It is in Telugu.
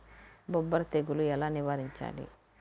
బొబ్బర తెగులు ఎలా నివారించాలి?